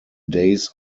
days